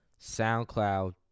SoundCloud